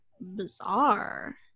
bizarre